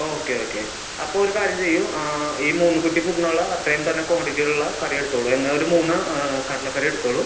okay okay അപ്പോൾ ഒരു കാര്യം ചെയ്യു ആ ഈ മൂന്ന് കുറ്റി പുട്ടിനുള്ള അത്രയും തന്നെ ക്വാണ്ടിറ്റി ഉള്ള കറി എടുത്തോളു എങ്ങനെ ഒരു മൂന്ന് കടലക്കറി എടുത്തോളു